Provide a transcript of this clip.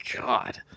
God